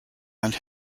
and